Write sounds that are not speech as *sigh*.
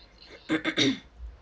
*coughs*